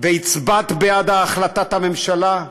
והצבעת בעד החלטת הממשלה,